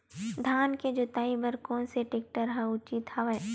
धान के जोताई बर कोन से टेक्टर ह उचित हवय?